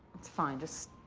it's fine, just